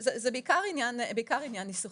זה בעיקר עניין ניסוחי.